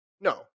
no